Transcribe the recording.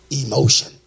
emotion